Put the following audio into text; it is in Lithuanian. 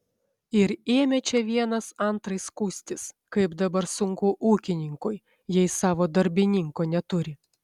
ir ėmė čia vienas antrai skųstis kaip dabar sunku ūkininkui jei savo darbininko neturi